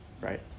right